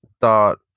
thought